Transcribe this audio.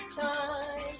time